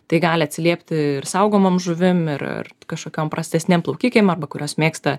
tai gali atsiliepti ir saugomoms žuvim ir ir kažkokiom prastesnėm plaukikėm arba kurios mėgsta